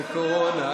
לקורונה.